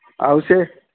ଆଉ ସେ